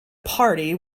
party